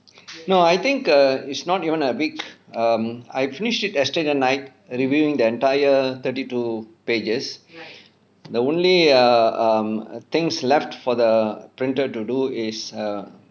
no I think err it's not even a big um I finished it yesterday night reviewing the entire thirty two pages the only err um err things left for the printed to do is err